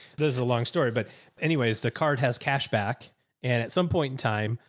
there's a long story, but anyways, the card has cash back. and at some point in time,